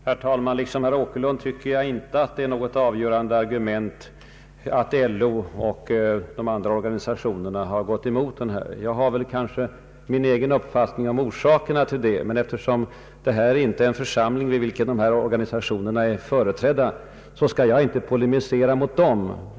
Herr talman! Liksom herr Åkerlund tycker jag att det inte är något avgörande argument mot motionerna att LO och andra organisationer gått emot dem. Jag har väl min egen uppfattning om orsakerna till deras inställning, men eftersom detta inte är en församling i vilken organisationerna är företrädda skall jag inte polemisera mot dem.